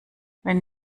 wenn